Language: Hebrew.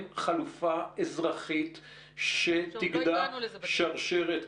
חלופה אזרחית שתגדע שרשרת --- טוב,